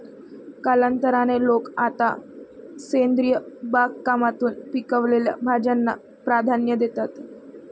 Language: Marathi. कालांतराने, लोक आता सेंद्रिय बागकामातून पिकवलेल्या भाज्यांना प्राधान्य देतात